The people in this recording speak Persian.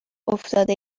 افتاده